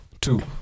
Two